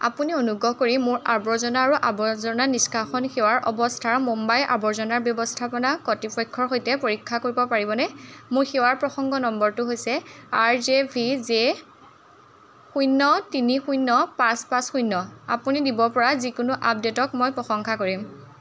আপুনি অনুগ্ৰহ কৰি মোৰ আৱৰ্জনা আৰু আৱৰ্জনা নিষ্কাশন সেৱাৰ অৱস্থাৰ মুম্বাই আৱৰ্জনা ব্যৱস্থাপনা কৰ্তৃপক্ষৰ সৈতে পৰীক্ষা কৰিব পাৰিবনে মোৰ সেৱাৰ প্ৰসংগ নম্বৰটো হৈছে আৰ জে ভি জে শূন্য তিনি শূন্য পাঁচ পাঁচ শূন্য আপুনি দিব পৰা যিকোনো আপডে'টক মই প্ৰশংসা কৰিম